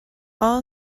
all